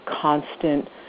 constant